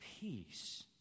peace